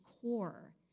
core